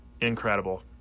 Incredible